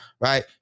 right